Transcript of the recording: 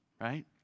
right